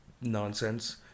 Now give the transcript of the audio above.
nonsense